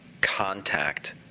contact